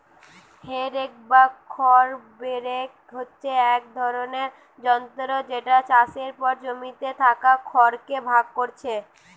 হে rake বা খড় rake হচ্ছে এক রকমের যন্ত্র যেটা চাষের পর জমিতে থাকা খড় কে ভাগ কোরছে